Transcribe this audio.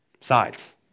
sides